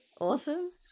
Awesome